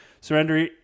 surrender